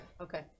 Okay